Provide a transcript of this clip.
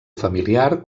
familiar